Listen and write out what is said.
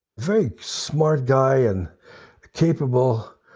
very smart guy and capable.